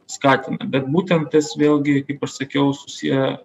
skatina bet būtent tas vėlgi kaip aš sakiau susieja